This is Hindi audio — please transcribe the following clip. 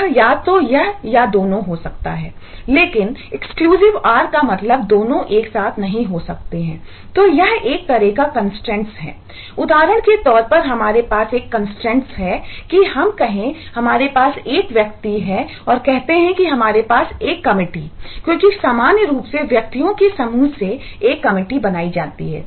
यह एक्सक्लूसिव बनाई जाती है